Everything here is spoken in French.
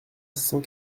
cent